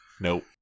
nope